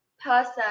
person